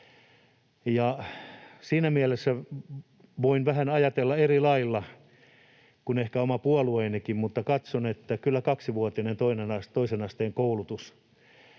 siinä mielessä voin ajatella vähän eri lailla kuin ehkä oma puolueenikin, että katson, että kyllä kaksivuotinen toisen asteen koulutus